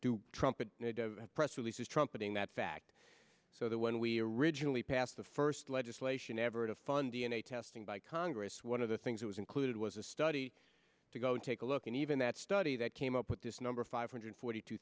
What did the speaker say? trumpet press releases trumpeting that fact so that when we originally passed the first legislation ever to fund d n a testing by congress one of the things that was included was a study to go take a look and even that study that came up with this number five hundred forty two